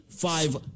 five